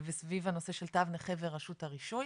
וסביב הנושא של תו נכה ורשות הרישוי.